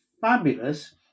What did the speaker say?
fabulous